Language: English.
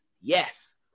Yes